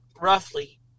roughly